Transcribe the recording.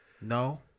no